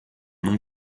non